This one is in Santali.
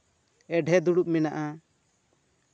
ᱮᱰᱷᱮ ᱫᱩᱲᱩᱵᱽ ᱢᱮᱱᱟᱜᱼᱟ